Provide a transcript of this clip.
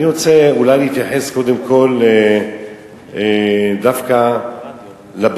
אני רוצה אולי להתייחס קודם כול דווקא לבבלים,